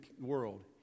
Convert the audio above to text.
world